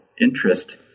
interest